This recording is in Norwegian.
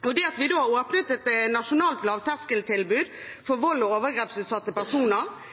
Det at vi nå har åpnet et nasjonalt lavterskeltilbud for vold- og overgrepsutsatte personer,